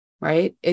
right